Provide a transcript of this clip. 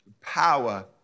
power